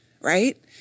right